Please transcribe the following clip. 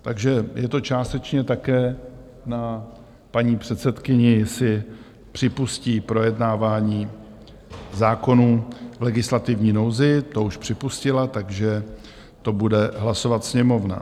Takže je to částečně také na paní předsedkyni, jestli připustí projednávání zákonů v legislativní nouzi to už připustila takže to bude hlasovat Sněmovna.